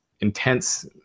intense